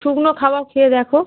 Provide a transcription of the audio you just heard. শুকনো খাবার খেয়ে দেখো